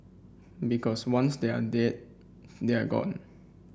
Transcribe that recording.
because once they're dead they're gone